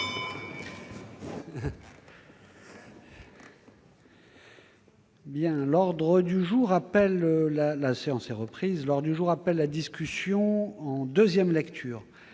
L'ordre du jour appelle la discussion en deuxième lecture